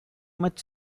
much